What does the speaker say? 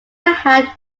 had